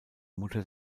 mutter